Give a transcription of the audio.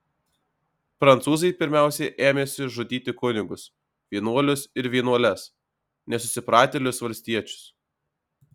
prancūzai pirmiausia ėmėsi žudyti kunigus vienuolius ir vienuoles nesusipratėlius valstiečius